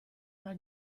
una